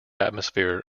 atmosphere